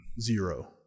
zero